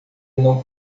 não